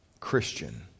Christian